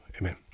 amen